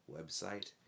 website